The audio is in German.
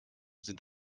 sind